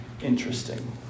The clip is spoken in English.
interesting